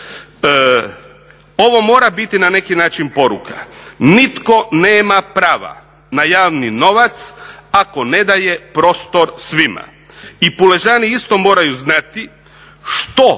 Ovo mora biti na neki način poruka, nitko nema prava na javni novac ako ne daje prostor svima. I puležani isto moraju znati što